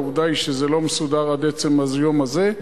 העובדה היא שזה לא מסודר עד עצם היום הזה.